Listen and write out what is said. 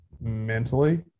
mentally